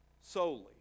solely